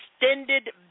extended